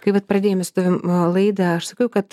kai vat pradėjome su tavim laidą aš sakiau kad